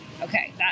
okay